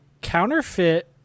counterfeit